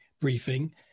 briefing